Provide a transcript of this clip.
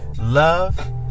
love